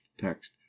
text